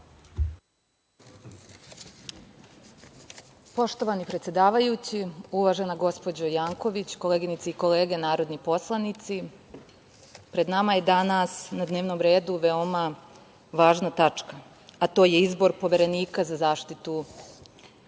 Poštovani predsedavajući, uvažena gospođo Janković, koleginice i kolege narodni poslanici, pred nama je danas na dnevnom redu veoma važna tačka, a to je izbor Poverenika za zaštitu